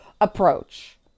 approach